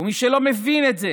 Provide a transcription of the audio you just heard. ומי שלא מבין את זה